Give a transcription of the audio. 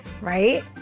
right